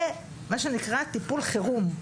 זה מה שנקרא "טיפול חירום".